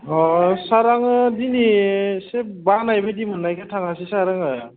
अ सार आङो दिनै एसे बानाय बादि मोननायखाय थाङासै सार आङो